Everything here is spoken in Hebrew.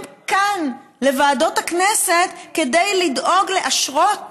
כאן לוועדות הכנסת כדי לדאוג לאשרות